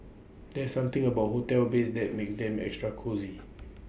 there's something about hotel beds that makes them extra cosy